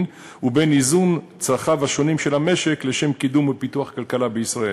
ובין איזון צרכיו השונים של המשק לשם קידום ופיתוח הכלכלה בישראל.